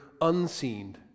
unseen